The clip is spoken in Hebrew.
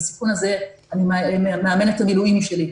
לסיכון הזה אני מאמן את המילואים שלי.